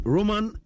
Roman